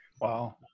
Wow